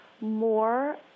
more